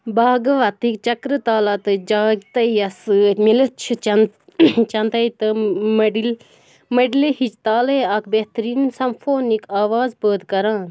بھاگٕوَتٕکۍ چَکرٕتالا تہٕ جاگتَے یَس سۭتۍ میلِتھ چھِ چَن چنتَے تہٕ مٔڈِل مٔڈلہِ ہٕچ تالَے اَکھ بہتریٖن سَمفونِک آواز پٲدٕ کران